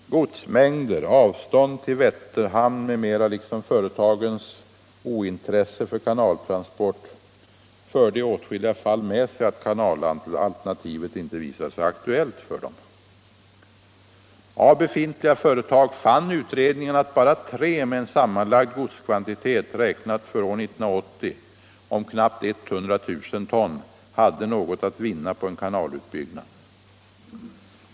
Godsmängder, avstånd till Vätterhamn m.m., liksom företagens brist på intresse för kanaltransport förde i åtskilliga fall med sig att kanalalternativet inte visade sig aktuellt. Av befintliga företag fann utredningen att bara tre med en sammanlagd godskvantitet, räknad för år 1980, om knappt 100 000 ton hade något att vinna på en kanalutbyggnad.